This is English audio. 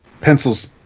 pencils